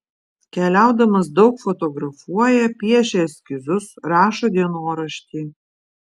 keliaudamas daug fotografuoja piešia eskizus rašo dienoraštį